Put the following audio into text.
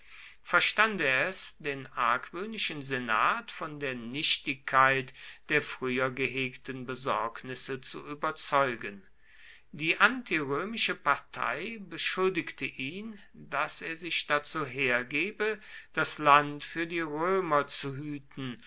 er es den argwöhnischen senat von der nichtigkeit der früher gehegten besorgnisse zu überzeugen die antirömische partei beschuldigte ihn daß er sich dazu hergebe das land für die römer zu hüten